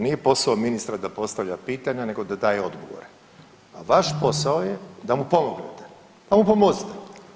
Nije posao ministra da postavlja pitanje nego da daje odgovore, a vaš posao je da mu pomognete, pa mu pomozite.